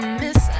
miss